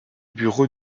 bureau